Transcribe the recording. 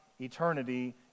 eternity